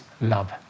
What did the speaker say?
love